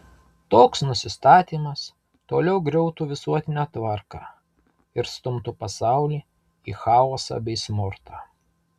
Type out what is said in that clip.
toks nusistatymas toliau griautų visuotinę tvarką ir stumtų pasaulį į chaosą bei smurtą